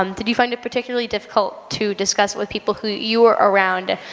um did you find it particularly difficult to discuss with people who you were around,